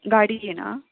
गाडी घेना